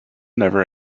never